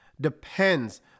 depends